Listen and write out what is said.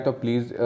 please